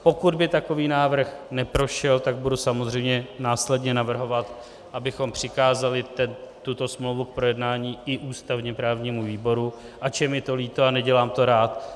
Pokud by takový návrh neprošel, tak budu samozřejmě následně navrhovat, abychom přikázali tuto smlouvu k projednání i ústavněprávnímu výboru, ač je mi to líto a nedělám to rád.